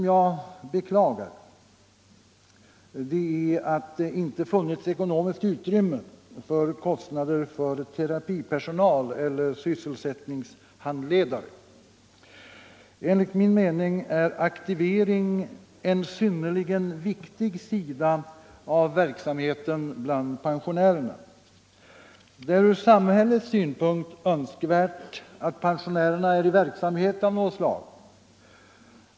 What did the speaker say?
Jag beklagar emellertid att det inte funnits ekonomiskt utrymme för kostnader för terapipersonal eller sysselsättningshandledare. Enligt min mening är aktivering en synnerligen viktig sida av verksamheten bland pensionärerna. Det är från samhällets synpunkt önskvärt att pensionärerna har något slag av verksamhet.